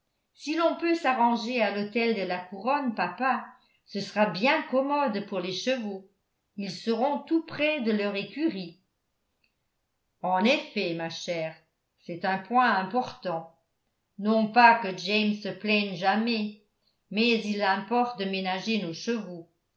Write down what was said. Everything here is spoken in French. si l'on peut s'arranger à l'hôtel de la couronne papa ce sera bien commode pour les chevaux ils seront tout près de leur écurie en effet ma chère c'est un point important non pas que james se plaigne jamais mais il importe de ménager nos chevaux